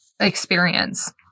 experience